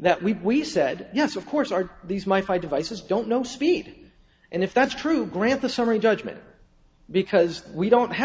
that we said yes of course are these my five devices don't know speed and if that's true grant the summary judgment because we don't have